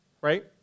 right